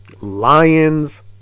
Lions